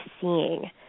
seeing